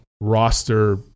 roster